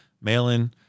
mail-in